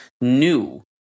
new